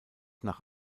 nach